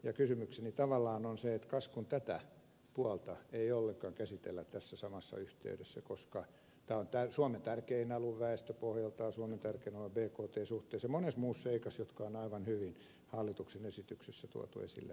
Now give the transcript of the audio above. kysymykseni tavallaan on se että kas kun tätä puolta ei ollenkaan käsitellä tässä samassa yhteydessä koska tämä on suomen tärkein alue väestöpohjaltaan suomen tärkein alue bkt suhteessa ja monessa muussa seikassa jotka on aivan hyvin selonteossa tuotu esille